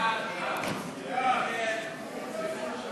ערבות מדינה